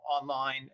online